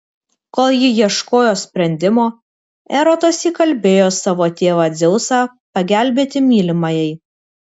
kol ji ieškojo sprendimo erotas įkalbėjo savo tėvą dzeusą pagelbėti mylimajai